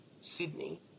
Sydney –